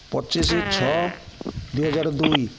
ପଚିଶ ଛଅ ଦୁଇ ହଜାର ଦୁଇ